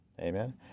Amen